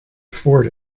afford